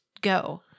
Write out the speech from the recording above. go